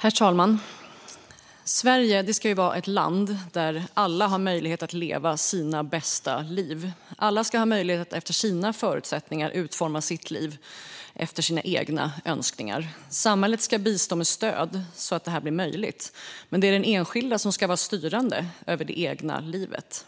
Herr talman! Sverige ska ju vara ett land där alla har möjlighet att leva sina liv på bästa sätt. Alla ska ha möjlighet att utifrån sina förutsättningar utforma sitt liv efter egna önskemål. Samhället ska bistå med stöd så att detta blir möjligt, men det är den enskilde som ska vara styrande över det egna livet.